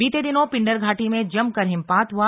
बीते दिनों पिंडरघाटी में जमकर हिमपात हुआ